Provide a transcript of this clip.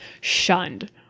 shunned